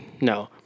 No